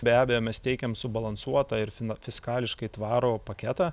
be abejo mes teikiam subalansuotą ir fina fiskališkai tvarų paketą